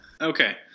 Okay